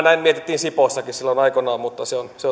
näin mietittiin sipoossakin silloin aikoinaan mutta se